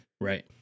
Right